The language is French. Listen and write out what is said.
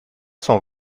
son